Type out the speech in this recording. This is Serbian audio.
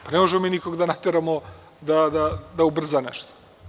Pa, ne možemo mi nikoga da nateramo da ubrza nešto.